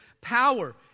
power